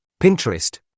Pinterest